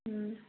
ꯎꯝ